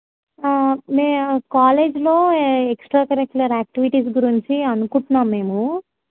నేను కాలేజ్లో extracurricular activities గురించి అనుకుంటున్నాము మేము